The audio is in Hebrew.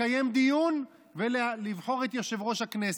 לקיים דיון ולבחור את יושב-ראש הכנסת.